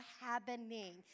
happening